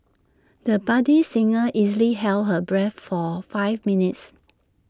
the budding singer easily held her breath for five minutes